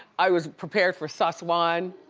i was prepared for suss one.